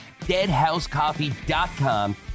deadhousecoffee.com